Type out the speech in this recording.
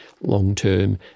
long-term